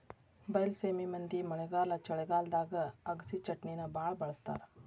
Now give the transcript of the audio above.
ಬೈಲಸೇಮಿ ಮಂದಿ ಮಳೆಗಾಲ ಚಳಿಗಾಲದಾಗ ಅಗಸಿಚಟ್ನಿನಾ ಬಾಳ ಬಳ್ಸತಾರ